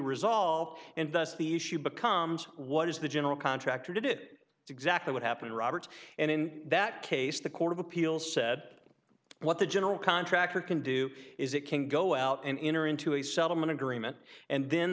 resolved and thus the issue becomes what is the general contractor did exactly what happened roberts and in that case the court of appeals said what the general contractor can do is it can go out and enter into a settlement agreement and then